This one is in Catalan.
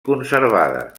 conservada